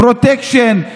פרוטקשן,